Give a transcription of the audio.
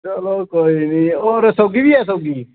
चलो कोई नी होर सौंगी बी एह् सौंगी